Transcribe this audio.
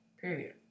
period